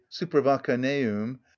supervacaneum